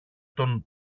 τον